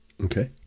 Okay